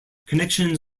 connections